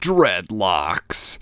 Dreadlocks